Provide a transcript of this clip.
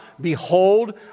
behold